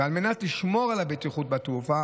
ועל מנת לשמור על הבטיחות בתעופה,